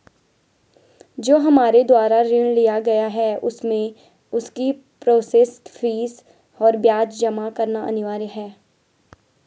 जो हमारे द्वारा ऋण लिया गया है उसमें उसकी प्रोसेस फीस और ब्याज जमा करना अनिवार्य है?